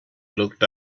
looked